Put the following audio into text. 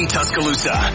Tuscaloosa